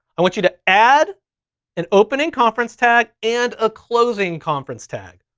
i want you to add an opening conference tag and a closing conference tag.